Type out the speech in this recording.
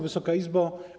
Wysoka Izbo!